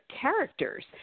characters